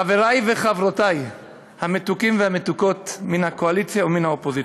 חברי וחברותי המתוקים והמתוקות מן הקואליציה ומן האופוזיציה,